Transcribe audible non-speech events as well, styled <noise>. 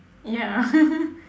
ya <laughs>